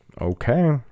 Okay